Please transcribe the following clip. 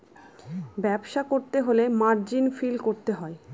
ব্যবসা করতে হলে মার্জিন ফিল করতে হয়